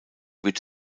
wird